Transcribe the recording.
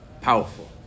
powerful